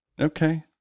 okay